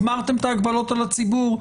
החמרתם את ההגבלות על הציבור,